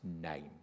name